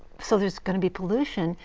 so there is going to be pollution,